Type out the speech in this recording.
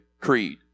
creed